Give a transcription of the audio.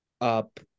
up